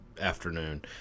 afternoon